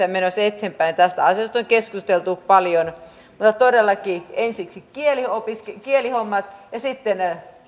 ja menossa eteenpäin tästä asiasta on keskusteltu paljon mutta todellakin ensiksi kielihommat ja sitten